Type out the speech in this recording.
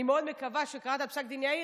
אני מאוד מקווה שקראת את פסק דין יאיר,